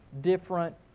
different